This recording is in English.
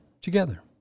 together